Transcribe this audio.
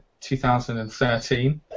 2013